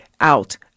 out